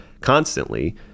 constantly